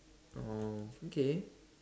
oh okay